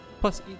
plus